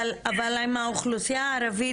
אבל האוכלוסייה הערבית,